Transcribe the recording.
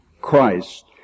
Christ